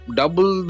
double